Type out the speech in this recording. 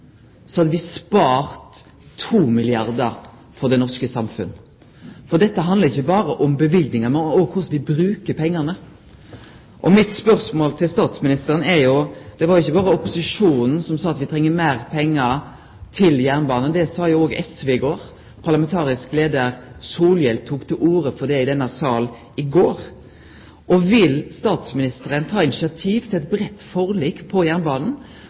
så hadde me spart det norske samfunnet for 2 milliarder kr. For dette handlar ikkje berre om løyvingar, men også om korleis me brukar pengane. Det var ikkje berre opposisjonen som sa at me treng meir pengar til jernbanen, det sa jo òg SV i går, parlamentarisk leiar Solhjell tok til orde for det i denne salen i går. Og spørsmålet mitt til statsministeren er: Vil statsministeren ta initiativ til eit breitt forlik med omsyn til jernbanen